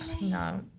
no